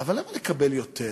אבל למה לקבל יותר?